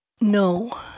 No